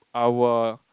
I will